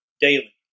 daily